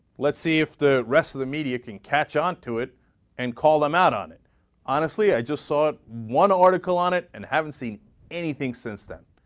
let's see if the rest of the media can catch on to it and call them out on it honestly i just saw one article on it and haven't seen anything since then